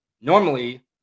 normally